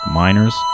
miners